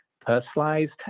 personalized